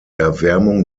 erwärmung